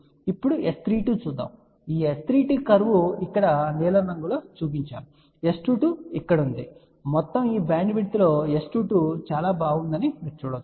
ఇప్పుడు S32 చూద్దాం S32 ఈ కర్వ్ ఇక్కడ ఉంది నీలం రంగులో చూపబడింది S22 ఇక్కడ ఉంది ఈ మొత్తం బ్యాండ్విడ్త్లో S22 చాలా బాగుందని మీరు చూడవచ్చు